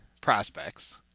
prospects